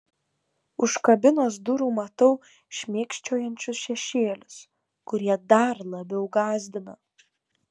už kabinos durų matau šmėkščiojančius šešėlius kurie dar labiau gąsdina